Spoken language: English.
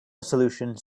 solutions